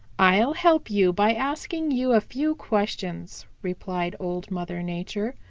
i'll help you by asking you a few questions, replied old mother nature.